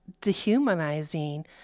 dehumanizing